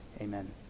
amen